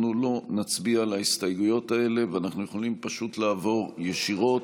אנחנו לא נצביע על ההסתייגויות האלה ואנחנו יכולים פשוט לעבור ישירות,